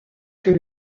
que